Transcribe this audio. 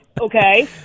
Okay